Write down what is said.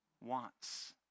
wants